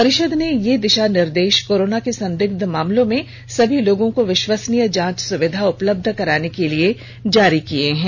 परिषद ने ये दिशा निर्देश कोरोना के संदिग्ध मामलों में सभी लोगों को विश्वसनीय जांच सुविधा उपलब्ध कराने के लिए जारी किए हैं